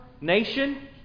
nation